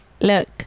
Look